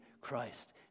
Christ